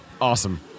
awesome